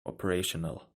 operational